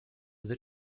that